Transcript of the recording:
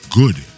good